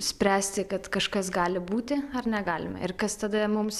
spręsti kad kažkas gali būti ar negalime ir kas tada mums